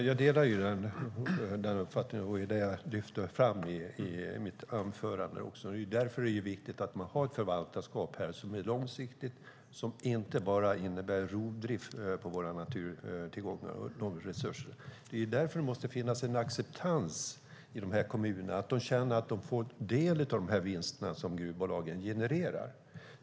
Fru talman! Jag delar den uppfattningen och lyfte också fram det i mitt anförande. Därför är det viktigt att ha ett förvaltarskap som är långsiktigt och inte bara innebär rovdrift av våra naturtillgångar. Det måste också finnas en acceptans i de berörda kommunerna så att de känner att de får del av de vinster som gruvbolagen genererar.